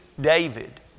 David